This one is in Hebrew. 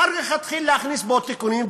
אחר כך יתחיל להכניס בו תיקונים,